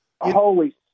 holy